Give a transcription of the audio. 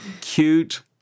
cute